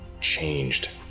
changed